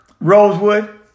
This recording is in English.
Rosewood